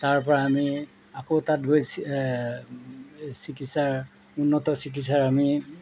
তাৰপৰা আমি আকৌ তাত গৈ চিকিৎসাৰ উন্নত চিকিৎসাৰ আমি